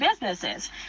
businesses